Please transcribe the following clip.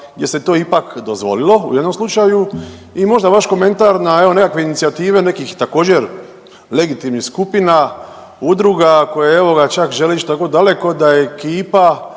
gdje se to ipak dozvolilo u jednom slučaju i možda vaš komentar na evo nekakve inicijative nekakvih također legitimnih skupina, udruga, koje evo ga čak žele ići tako daleko da ekipa